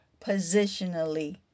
positionally